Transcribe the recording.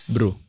Bro